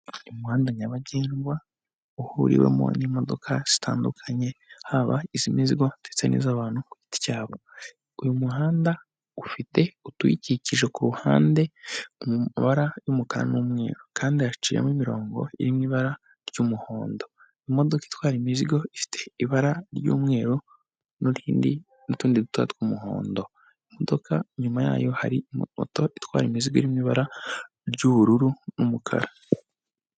Umuhanda nyabagendwa uhuriwemo n'imodoka zitandukanye haba izimizigo ndetse n'iz'abantu ku giti cyabo, uyu muhanda ufite utuyikikije ku ruhande mu mabara y'umukara n'umweru, kandi haciyemo imirongo iri'i ibara ry'umuhondo imodoka itwara imizigo ifite ibara ry'umweru n'rindi n'utundi duto tw'umuhondo imodoka inyuma yayo hari moto itwara imizigo irimo ibara ry'ubururu n'umukara.